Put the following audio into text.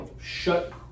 shut